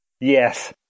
Yes